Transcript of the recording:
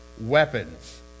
weapons